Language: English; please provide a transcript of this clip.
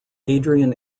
adrian